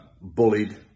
bullied